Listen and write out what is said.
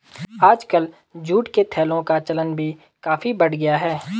आजकल जूट के थैलों का चलन भी काफी बढ़ गया है